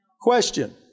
Question